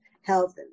health